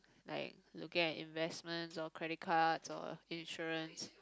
like looking at investment or credit card or insurance